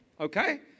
Okay